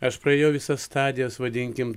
aš praėjau visas stadijas vadinkim